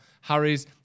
Harry's